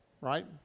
right